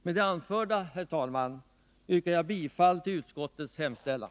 Med det anförda, herr talman, yrkar jag bifall till utskottets hemställan.